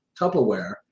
Tupperware